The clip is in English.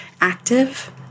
active